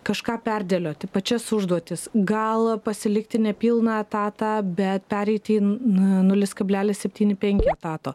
kažką perdėlioti pačias užduotis gal pasilikti nepilną etatą bet pereiti į nu nulis kablelis septyni penki etato